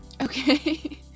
okay